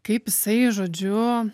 kaip jisai žodžiu